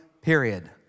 period